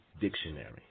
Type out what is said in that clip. Dictionary